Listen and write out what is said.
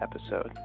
episode